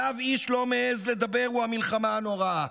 שעליו איש לא מעז לדבר, הוא המלחמה הנוראה.